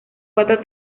cuatro